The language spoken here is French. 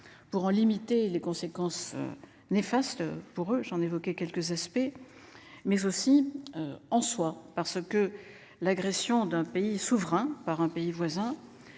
Pour en limiter les conséquences néfastes pour eux j'en évoquer quelques aspects mais aussi. En soi, par ce que l'agression d'un pays souverain par un pays voisin.